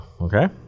okay